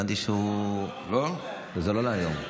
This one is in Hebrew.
הבנתי שזה לא להיום.